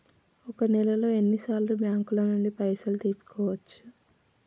ఒక నెలలో ఎన్ని సార్లు బ్యాంకుల నుండి పైసలు తీసుకోవచ్చు?